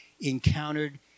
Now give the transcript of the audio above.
encountered